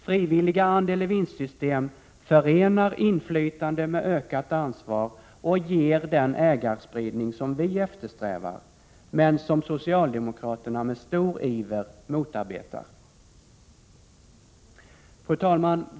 Frivilliga andel-i-vinst-system förenar inflytande med ökat ansvar och ger den ägarspridning som vi eftersträvar men som socialdemokraterna med stor iver motarbetar. Fru talman!